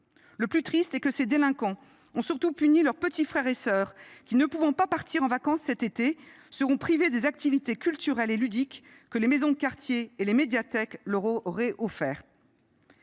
Le plus triste est que ces délinquants ont surtout puni leurs petits frères et petites sœurs, qui, ne pouvant pas partir en vacances cet été, seront privés des activités culturelles et ludiques que les maisons de quartier et les médiathèques leur auraient offertes.